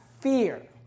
fear